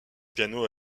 piano